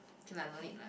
okay lah no need